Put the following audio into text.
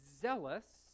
zealous